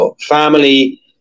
family